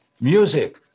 music